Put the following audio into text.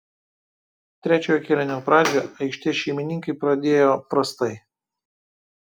trečiojo kėlinio pradžią aikštės šeimininkai pradėjo prastai